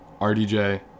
RDJ